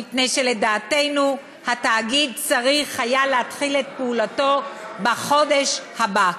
מפני שלדעתנו התאגיד צריך היה להתחיל את פעולתו בחודש הבא.